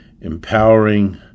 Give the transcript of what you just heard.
empowering